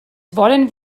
wollen